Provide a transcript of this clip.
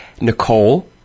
Nicole